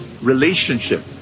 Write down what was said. relationship